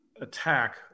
attack